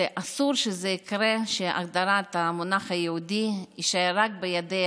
אסור שהגדרת המונח "יהודי" תישאר רק בידי